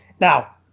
Now